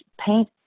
paint